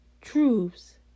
truths